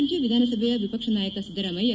ರಾಜ್ಯ ವಿಧಾನಸಭೆಯ ವಿಪಕ್ಷ ನಾಯಕ ಸಿದ್ದರಾಮಯ್ಯ